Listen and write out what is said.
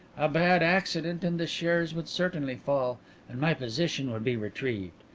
a bad accident and the shares would certainly fall and my position would be retrieved.